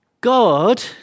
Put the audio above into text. God